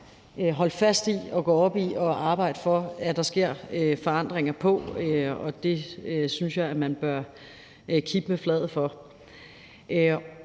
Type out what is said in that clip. holdt fast i at gå op i at arbejde for, at der sker forandringer på, og det synes jeg man bør kippe med flaget for.